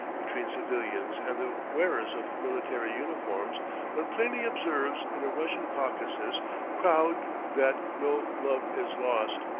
between civilians and the wearers of military uniforms one plainly observes in a russian caucasus crowd that no love is lost.